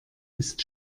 ist